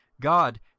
God